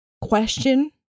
question